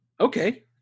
okay